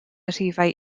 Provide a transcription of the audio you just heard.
rhifau